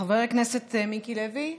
חבר הכנסת מיקי לוי.